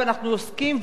ואנחנו עוסקים,